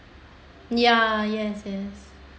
ya ya